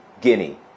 Guinea